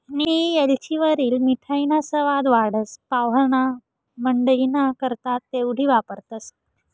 नियी येलचीवरी मिठाईना सवाद वाढस, पाव्हणामंडईना करता तेवढी वापरतंस